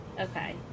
Okay